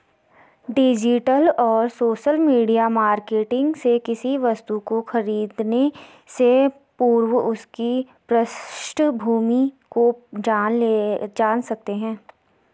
digital और social media marketing से किसी वस्तु को खरीदने से पूर्व उसकी पृष्ठभूमि को जान सकते है